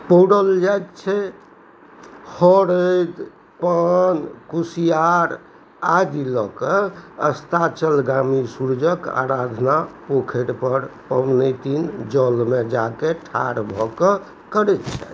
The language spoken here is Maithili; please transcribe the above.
पौरल जाइ छै हरदि पान कुसिआर आदि लऽ कऽ अस्ताचलगामी सूर्यके आराधना पोखरिपर पबनैतिन जलमे जाकऽ ठाढ़ भऽ कऽ करै छथि